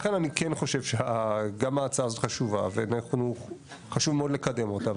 לכן אני כן חושב שגם ההצעה הזאת חשובה ואנחנו חשוב מאוד לקדם אותה.